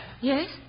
Yes